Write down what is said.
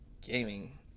gaming